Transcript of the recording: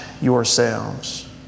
yourselves